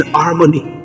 harmony